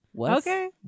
Okay